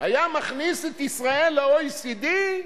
היה מכניס את ישראל ל-OECD?